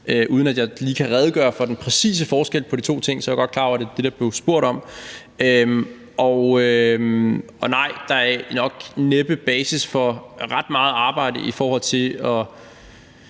Uden at jeg lige kan redegøre for den præcise forskel på de to ting, er jeg godt klar over, at det er det, der blev spurgt om. Og nej, der er nok næppe basis for ret meget arbejde i forhold til at